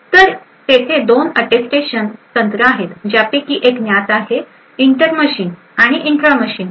तर तेथे दोन अटेस्टेशन तंत्र आहेत ज्यापैकी एक ज्ञात आहे इंटर मशीन आणि इंट्रा मशीन